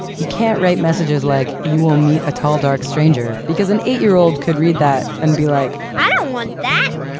you can't write messages like, you will meet a tall, dark stranger because an eight-year-old could read that and be like, i don't want that.